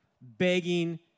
begging